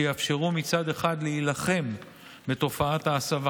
שיאפשרו מצד אחד להילחם בתופעת ההסבה